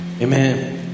Amen